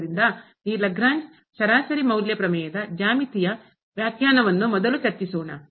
ಆದ್ದರಿಂದ ಈ ಲಾಗ್ರೇಂಜ್ ಸರಾಸರಿ ಮೌಲ್ಯ ಪ್ರಮೇಯದ ಜ್ಯಾಮಿತೀಯ ವ್ಯಾಖ್ಯಾನವನ್ನು ಮೊದಲು ಚರ್ಚಿಸೋಣ